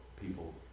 people